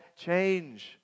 change